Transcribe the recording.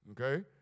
Okay